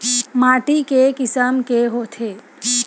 माटी के किसम के होथे?